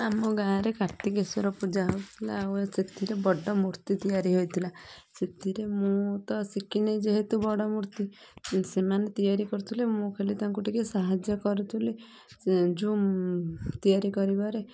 ଆମେ ଗାଁରେ କାର୍ତ୍ତିକେଶ୍ଵର ପୂଜା ହେଉଥିଲା ଆଉ ସେଥିରେ ବଡ଼ ମୂର୍ତ୍ତି ତିଆରି ହୋଇଥିଲା ସେଥିରେ ମୁଁ ତ ଶିଖିନି ଯେହେତୁ ବଡ଼ ମୂର୍ତ୍ତି ସେମାନେ ତିଆରି କରୁଥିଲେ ମୁଁ ଖାଲି ତାଙ୍କୁ ଟିକେ ସାହାଯ୍ୟ କରୁଥିଲି ସେ ଯେଉଁ ତିଆରି କରିବାରେ